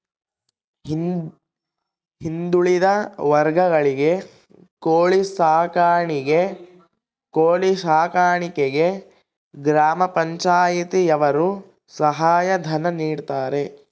ಹಿಂದುಳಿದ ವರ್ಗಗಳಿಗೆ ಕೋಳಿ ಸಾಕಾಣಿಕೆಗೆ ಗ್ರಾಮ ಪಂಚಾಯ್ತಿ ಯವರು ಸಹಾಯ ಧನ ನೀಡ್ತಾರೆ